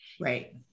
Right